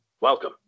Welcome